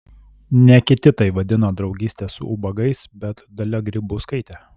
ne kiti tai vadino draugyste su ubagais bet dalia grybauskaitė